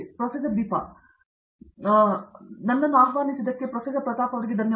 professor Deepa Venkatesh ಆದ್ದರಿಂದ ಪ್ರತಾಪ್ರನ್ನು ಆಹ್ವಾನಿಸುವ ಎಲ್ಲರಿಗೂ ಧನ್ಯವಾದಗಳು